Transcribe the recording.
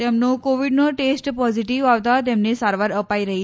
તેમનો કોવીડનો test positive આવતા તેમને સારવાર અપાઇ રહી હતી